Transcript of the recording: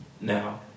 Now